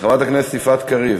חברת הכנסת יפעת קריב,